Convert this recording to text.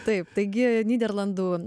taip taigi nyderlandų